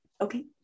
okay